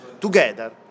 together